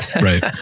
right